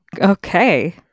okay